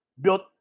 built